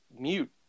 mute